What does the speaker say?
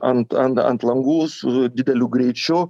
ant ant langų su dideliu greičiu